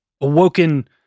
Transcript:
awoken